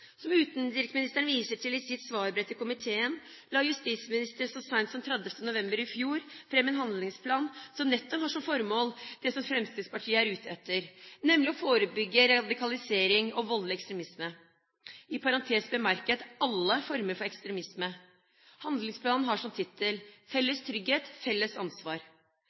Som utenriksministeren viser til i sitt svarbrev til komiteen, la justisministeren så sent som 30. november i fjor fram en handlingsplan som nettopp har som formål det som Fremskrittspartiet er ute etter, nemlig å forebygge radikalisering og voldelig ekstremisme – i parentes bemerket, alle former for ekstremisme. Handlingsplanen har som tittel Felles trygghet – felles ansvar.